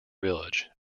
village